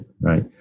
right